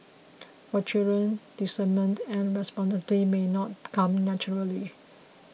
for children discernment and responsibility may not come naturally